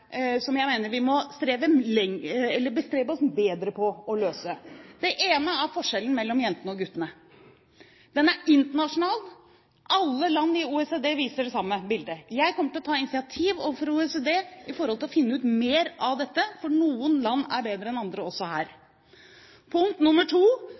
som jeg mener vi må bestrebe oss mer på å løse, for det første forskjellen mellom jenter og gutter. Den er internasjonal. Alle land i OECD viser det samme bildet. Jeg kommer til å ta initiativ overfor OECD for å finne ut mer om dette, for noen land er bedre enn andre også her.